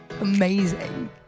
Amazing